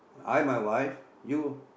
I my wife you